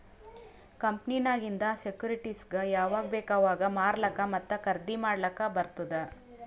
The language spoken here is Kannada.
ಕಂಪನಿನಾಗಿಂದ್ ಸೆಕ್ಯೂರಿಟಿಸ್ಗ ಯಾವಾಗ್ ಬೇಕ್ ಅವಾಗ್ ಮಾರ್ಲಾಕ ಮತ್ತ ಖರ್ದಿ ಮಾಡ್ಲಕ್ ಬಾರ್ತುದ್